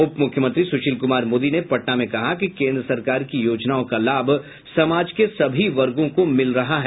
उप मुख्यमंत्री सुशील कुमार मोदी ने पटना में कहा कि केंद्र सरकार की योजनाओं का लाभ समाज के सभी वर्गों को मिल रहा है